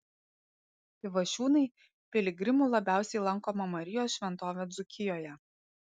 pivašiūnai piligrimų labiausiai lankoma marijos šventovė dzūkijoje